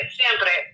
siempre